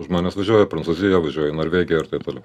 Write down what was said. žmonės važiuoja į prancūziją važiuoja į norvegiją ir taip toliau